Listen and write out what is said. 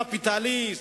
קפיטליסט,